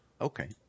Okay